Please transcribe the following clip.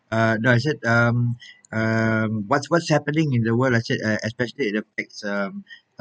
uh no I said um um what's what's happening in the world I said uh especially it affects um